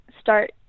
start